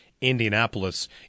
Indianapolis